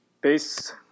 Peace